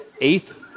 eighth